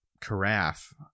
carafe